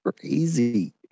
crazy